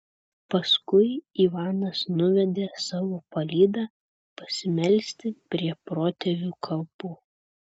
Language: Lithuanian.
paskui ivanas nuvedė savo palydą pasimelsti prie protėvių kapų